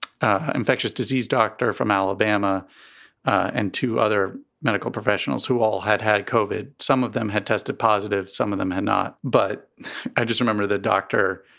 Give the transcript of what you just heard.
infectious disease doctor from alabama and two other medical professionals who all had had covered some of them had tested positive, some of them had not. but i just remember the doctor,